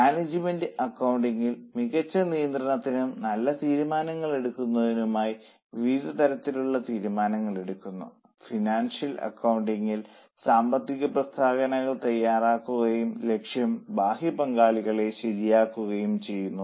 management അക്കൌണ്ടിംഗിൽ മികച്ച നിയന്ത്രണത്തിനും നല്ല തീരുമാനങ്ങൾ എടുക്കുന്നതിനുമായി വിവിധ തരത്തിലുള്ള തീരുമാനങ്ങൾ എടുക്കുന്നു ഫിനാൻഷ്യൽ അക്കൌണ്ടിംഗിൽ സാമ്പത്തിക പ്രസ്താവനകൾ തയ്യാറാക്കുകയും ലക്ഷ്യം ബാഹ്യ പങ്കാളികളെ ശരിയാക്കുകയും ചെയ്യുന്നു